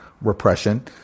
repression